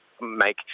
make